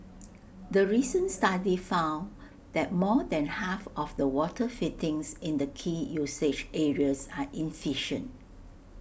the recent study found that more than half of the water fittings in the key usage areas are efficient